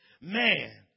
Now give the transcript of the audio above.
Man